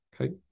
Okay